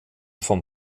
vom